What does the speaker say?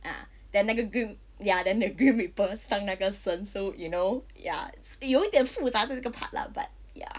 ah then 那个 grim ya then the grim reaper 上那个身 so you know ya 有一点复杂 lah 在这个 part lah ya